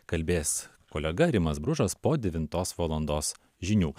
kalbės kolega rimas bružas po devintos valandos žinių